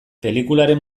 pelikularen